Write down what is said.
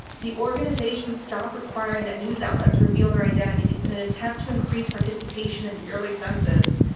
the organization stopped requiring that news outlets reveal their identities in an attempt to increase participation in the early census.